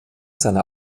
seiner